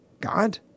God